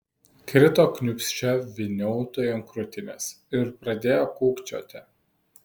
krito kniūbsčia vyniautui ant krūtinės ir pradėjo kūkčioti